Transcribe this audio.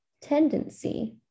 tendency